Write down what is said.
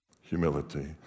Humility